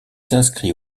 s’inscrit